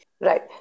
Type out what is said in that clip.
Right